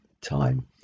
time